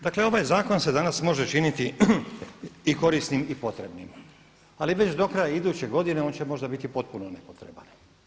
Dakle ovaj zakon se danas može činiti i korisnim i potrebnim, ali već dokraja iduće godine on će možda biti potpuno nepotreban.